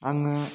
आङो